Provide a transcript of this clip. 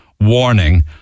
warning